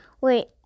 Wait